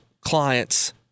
clients